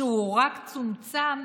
שרק צומצם,